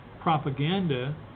propaganda